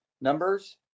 Numbers